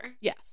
Yes